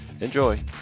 Enjoy